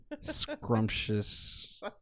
scrumptious